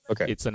Okay